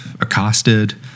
accosted